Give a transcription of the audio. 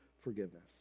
forgiveness